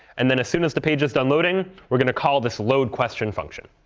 and then as soon as the pages done loading, we're going to call this load question function.